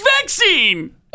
vaccine